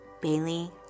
Bailey